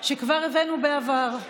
שכבר הבאנו בעבר,